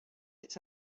its